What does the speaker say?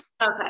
Okay